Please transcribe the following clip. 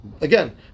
Again